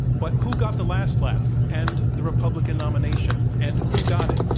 but who got the last laugh and the republican nomination? and who got it,